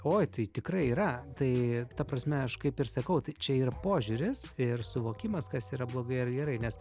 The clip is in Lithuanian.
oi tai tikrai yra tai ta prasme aš kaip ir sakau tai čia yra požiūris ir suvokimas kas yra blogai ar gerai nes